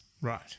Right